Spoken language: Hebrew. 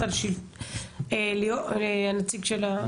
אבל בשביל התוספת אני גם חייבת להבין את השיטור העירוני.